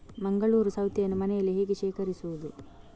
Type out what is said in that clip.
ಮಂಗಳೂರು ಸೌತೆಯನ್ನು ಮನೆಯಲ್ಲಿ ಹೇಗೆ ಶೇಖರಿಸುವುದು?